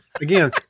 Again